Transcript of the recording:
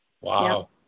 Wow